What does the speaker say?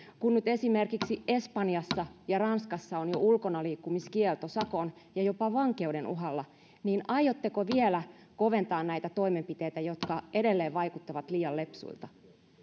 kun nyt esimerkiksi espanjassa ja ranskassa on jo ulkonaliikkumiskielto sakon ja jopa vankeuden uhalla niin aiotteko vielä koventaa näitä toimenpiteitä jotka edelleen vaikuttavat liian lepsuilta